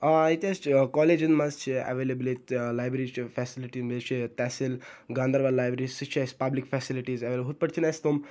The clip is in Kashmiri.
آ ییٚتہِ حظ چھِ کولیجَن مَنٛز چھِ ایویلیبٕل ییٚتہِ لایبرٔرِی چھِ فیسَلٹی بییٚہِ حظ چھ تحصیٖل گاندَربَل لایبرٔرِی سُہ چھ اَسہِ پَبلِک فیسَلٹیٖز ایویلیبٕل ہُتھ پٲٹھۍ چھِنہٕ اَسہِ تِم